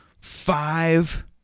five